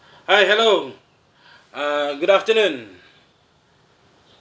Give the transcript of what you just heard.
hi hello uh good afternoon